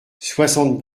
soixante